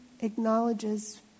acknowledges